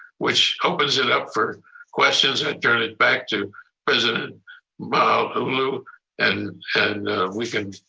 which opens it up for questions. turn it back to president malauulu and and we can